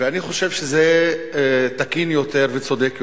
ואני חושב שזה תקין יותר וצודק יותר.